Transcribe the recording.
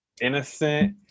innocent